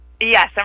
Yes